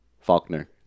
Faulkner